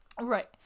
right